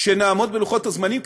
שנעמוד בלוח הזמנים.